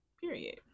Period